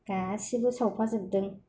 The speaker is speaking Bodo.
गासैबो सावफाजोबदों